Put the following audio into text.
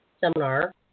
seminar